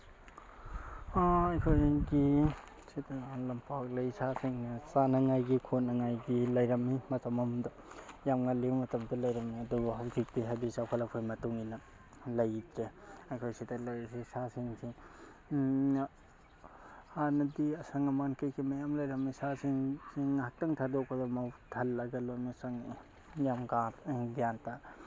ꯑꯩꯈꯣꯏꯒꯤ ꯑꯁꯤꯗ ꯂꯝꯄꯥꯛ ꯂꯩ ꯁꯥꯁꯤꯡꯅ ꯆꯥꯅꯉꯥꯏꯒꯤ ꯈꯣꯠꯅꯉꯥꯏꯒꯤ ꯂꯩꯔꯝꯃꯤ ꯃꯇꯝ ꯑꯃꯗ ꯌꯥꯝ ꯉꯜꯂꯤꯉꯩ ꯃꯇꯝꯗ ꯂꯩꯔꯝꯃꯤ ꯑꯗꯨꯕꯨ ꯍꯧꯖꯤꯛꯇꯤ ꯍꯥꯏꯕꯗꯤ ꯆꯥꯎꯈꯠꯂꯛꯄꯒꯤ ꯃꯇꯨꯡꯏꯟꯅ ꯂꯩꯇ꯭ꯔꯦ ꯑꯩꯈꯣꯏ ꯁꯤꯗ ꯂꯩꯔꯤꯁꯤ ꯁꯥꯁꯤꯡꯁꯤꯡ ꯍꯥꯟꯅꯗꯤ ꯑꯁꯪ ꯑꯃꯥꯟ ꯀꯩꯀꯩ ꯃꯌꯥꯝ ꯂꯩꯔꯝꯃꯤ ꯁꯥꯁꯤꯡꯁꯤꯡ ꯉꯥꯇꯪ ꯊꯥꯗꯣꯛꯄꯗ ꯃꯕꯨꯛ ꯊꯜꯂꯒ ꯂꯣꯏꯅꯃꯛ ꯆꯪꯉꯛꯏ ꯌꯥꯝ ꯒ꯭ꯌꯥꯟ ꯇꯥꯅ